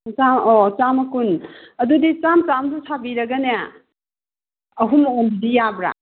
ꯑꯣ ꯆꯥꯝꯃ ꯀꯨꯟ ꯑꯗꯨꯗꯤ ꯆꯥꯝꯃ ꯆꯥꯝꯃꯗ ꯁꯥꯕꯤꯔꯒꯅꯦ ꯑꯍꯨꯝ ꯂꯧꯕꯗꯤ ꯌꯥꯕ꯭ꯔꯥ